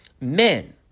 men